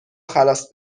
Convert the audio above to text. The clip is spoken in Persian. خلاص